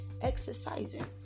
exercising